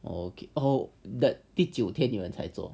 oh okay oh 第九天你们才做